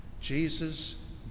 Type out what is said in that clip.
Jesus